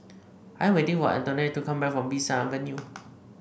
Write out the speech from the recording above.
I waiting for Antonette to come back from Bee San Avenue